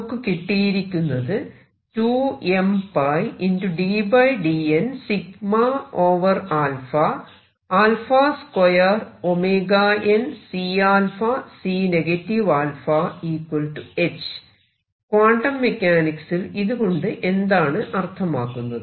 നമുക്ക് കിട്ടിയിരിക്കുന്നത് ക്വാണ്ടം മെക്കാനിക്സിൽ ഇത് കൊണ്ട് എന്താണ് അർത്ഥമാക്കുന്നത്